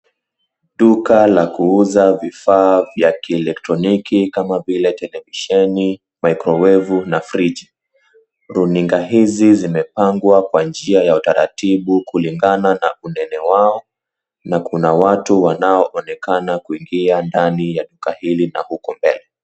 Duka la kuuza vifaa vya kielektroniki kama vile televisheni, mikrowevu na friji. Runinga hizi zimepangwa kwa njia ya utaratibu kulingana unene wao na kuna watu wanaoonekana kuingia ndani ya duka hili na huko mbele.